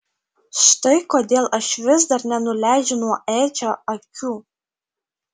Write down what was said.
štai kodėl aš vis dar nenuleidžiu nuo edžio akių